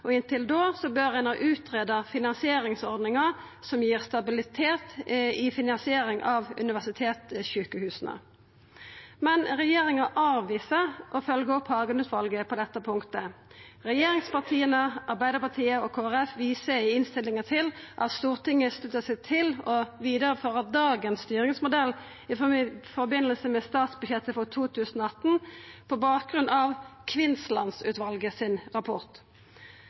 og inntil da bør ein ha greidd ut finansieringsordningar som gir stabilitet i finansiering av universitetssjukehusa. Men regjeringa avviser å følgja opp Hagen-utvalet på dette punktet. Regjeringspartia, Arbeidarpartiet og Kristeleg Folkeparti viser i innstillinga til at Stortinget sluttar seg til å vidareføra dagens styringsmodell i forbindelse med statsbudsjettet for 2018 på bakgrunn av Kvinnsland-utvalet sin rapport.